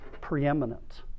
preeminent